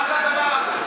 מה זה הדבר הזה?